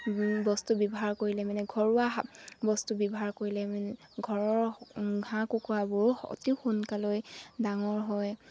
বস্তু ব্যৱহাৰ কৰিলে মানে ঘৰুৱা বস্তু ব্যৱহাৰ কৰিলে মানে ঘৰৰ হাঁহ কুকুৰাবোৰ অতি সোনকালে ডাঙৰ হয়